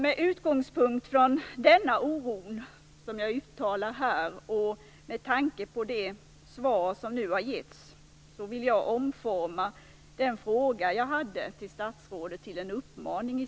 Med utgångspunkt från denna oro, som jag uttalar här, och med tanke på det svar som nu har givits, vill jag omformulera den fråga jag ställde till statsrådet till en uppmaning.